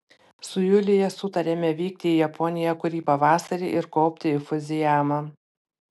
su julija sutarėme vykti į japoniją kurį pavasarį ir kopti į fudzijamą